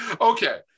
Okay